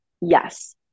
yes